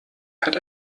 hat